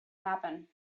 happen